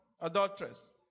adulteress